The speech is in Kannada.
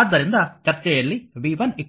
ಆದ್ದರಿಂದ ಚರ್ಚೆಯಲ್ಲಿ v 1